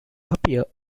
appear